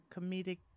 comedic